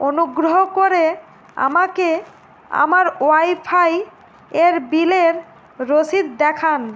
অনুগ্রহ করে আমাকে আমার ওয়াইফাই এর বিলের রসিদ দেখান